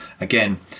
again